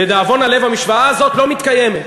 לדאבון הלב, המשוואה הזאת לא מתקיימת.